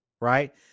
right